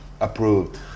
approved